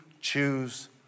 choose